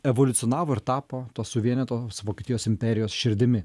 evoliucionavo ir tapo tos suvienytos vokietijos imperijos širdimi